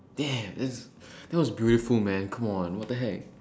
damn that's that was beautiful man come on what the heck